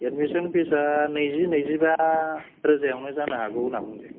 admission फिसआ नैजि नैजिबा रोजायावनो जानो हागौ होनना बुंदों गावसोर